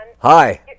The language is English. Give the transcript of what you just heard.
Hi